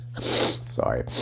Sorry